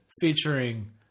featuring